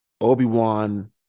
Obi-Wan